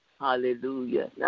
hallelujah